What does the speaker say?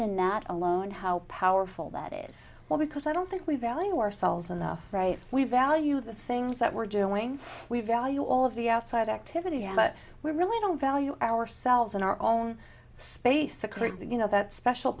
in that alone how powerful that is what because i don't think we value ourselves enough right we value the things that we're doing we value all of the outside activities but we really don't value ourselves in our own space to create that you know that special